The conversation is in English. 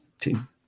team